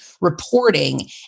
reporting